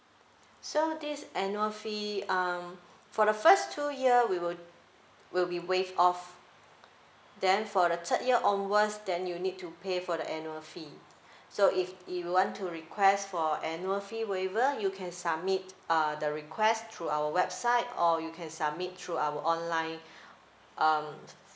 so this annual fee um for the first two year we will we'll be waive off then for the third year onwards then you need to pay for the annual fee so if you want to request for annual fee waiver you can submit uh the request through our website or you can submit through our online um